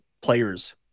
players